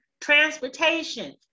transportation